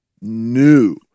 new